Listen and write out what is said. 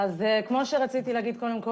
כמו שרציתי להגיד קודם,